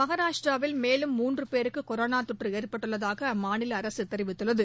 மகாராஷ்டிராவில் மேலும் மூன்று பேருக்கு கொரோனா தொற்று ஏற்பட்டுள்ளதாக அம்மாநில அரசு தெரிவித்துள்ளது